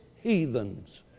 heathens